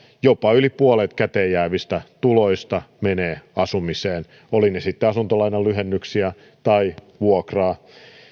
jopa yli puolet käteenjäävistä tuloista menee asumiseen olivat ne sitten asuntolainan lyhennyksiä tai vuokraa